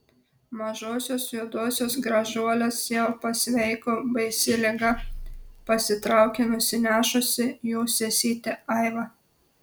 mažosios juodosios gražuolės jau pasveiko baisi liga pasitraukė nusinešusi jų sesytę aivą